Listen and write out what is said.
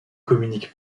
communique